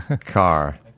car